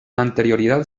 anterioridad